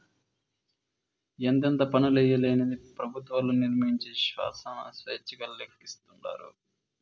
ఎంతెంత పన్నులెయ్యాలనేది పెబుత్వాలు నిర్మయించే శానా స్వేచ్చగా లెక్కలేస్తాండారు